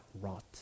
wrought